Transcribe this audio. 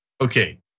Okay